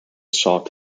shot